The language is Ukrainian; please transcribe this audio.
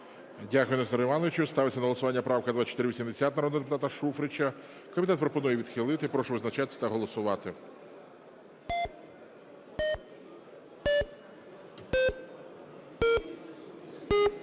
Дякую, Несторе Івановичу. Ставиться на голосування правка 2480 народного депутата Шуфрича. Комітет пропонує відхилити. Прошу визначатись та голосувати.